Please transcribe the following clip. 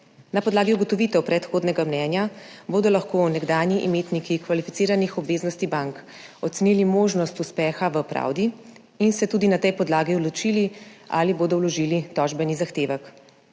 Na podlagi ugotovitev predhodnega mnenja bodo lahko nekdanji imetniki kvalificiranih obveznosti bank ocenili možnost uspeha v pravdi in se tudi na tej podlagi odločili, ali bodo vložili tožbeni zahtevek.